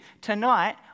Tonight